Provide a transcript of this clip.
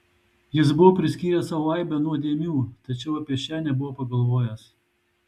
jis buvo priskyręs sau aibę nuodėmių tačiau apie šią nebuvo pagalvojęs